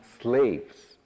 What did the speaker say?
slaves